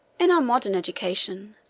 in our modern education,